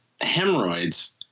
hemorrhoids